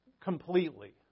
completely